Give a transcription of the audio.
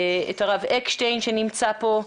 את הרב אקשטיין שנמצא פה,